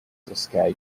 escape